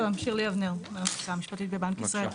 שלום, שירלי אבנר מהמחלקה המשפטית בבנק ישראל.